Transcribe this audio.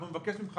אנחנו נבקש ממך,